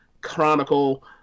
Chronicle